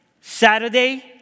Saturday